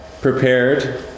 prepared